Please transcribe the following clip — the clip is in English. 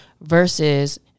versus